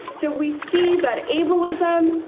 so we see that ableism,